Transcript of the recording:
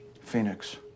Phoenix